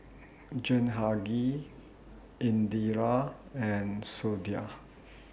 Jehangirr Indira and Sudhir